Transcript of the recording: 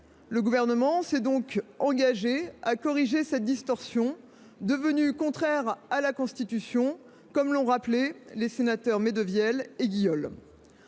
Le Gouvernement s’est donc engagé à corriger cette distorsion devenue contraire à la Constitution, comme l’ont rappelé les sénateurs Médevielle et Guiol.